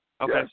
Okay